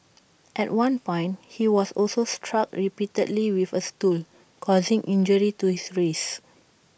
at one point he was also struck repeatedly with A stool causing injury to his wrist